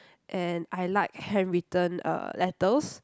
and I like handwritten uh letters